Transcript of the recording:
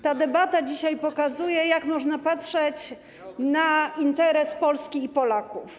Ta debata dzisiaj pokazuje, jak można patrzeć na interes Polski i Polaków.